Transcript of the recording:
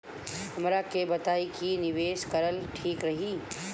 हमरा के बताई की निवेश करल ठीक रही?